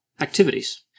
activities